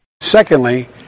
Secondly